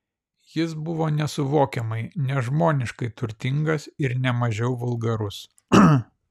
jis buvo nesuvokiamai nežmoniškai turtingas ir ne mažiau vulgarus